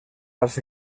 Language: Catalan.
als